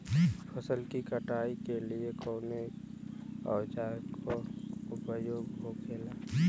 फसल की कटाई के लिए कवने औजार को उपयोग हो खेला?